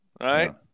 right